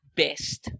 best